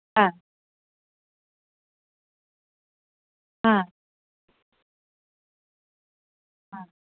হ্যাঁ হ্যাঁ হ্যাঁ